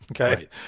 Okay